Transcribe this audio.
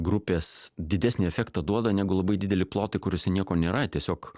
grupės didesnį efektą duoda negu labai dideli plotai kuriose nieko nėra tiesiog